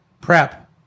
prep